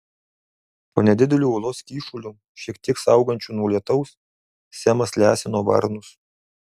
po nedideliu uolos kyšuliu šiek tiek saugančiu nuo lietaus semas lesino varnus